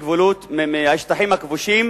מהשטחים הכבושים